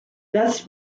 thus